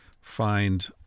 find